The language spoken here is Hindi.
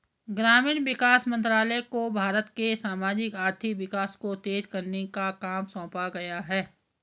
ग्रामीण विकास मंत्रालय को भारत के सामाजिक आर्थिक विकास को तेज करने का काम सौंपा गया है